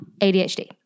ADHD